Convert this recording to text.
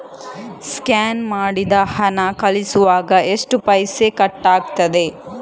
Scan ಮಾಡಿ ಹಣ ಕಳಿಸುವಾಗ ಎಷ್ಟು ಪೈಸೆ ಕಟ್ಟಾಗ್ತದೆ?